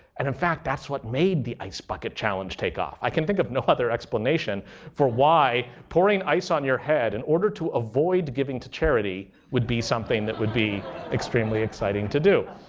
and in fact, that's what made the ice bucket challenge take off. i can think of no other explanation for why pouring ice on your head in order to avoid giving to charity would be something that would be extremely exciting to do.